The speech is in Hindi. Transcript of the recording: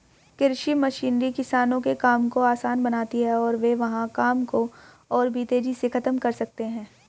कृषि मशीनरी किसानों के काम को आसान बनाती है और वे वहां काम को और भी तेजी से खत्म कर सकते हैं